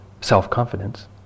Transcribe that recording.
self-confidence